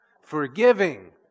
Forgiving